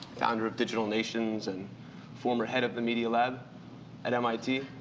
founder of digital nations and former head of the media lab at mit.